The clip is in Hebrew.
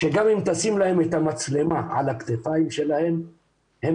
שגם אם תשים להם את המצלמה על הכתפיים שלהם הם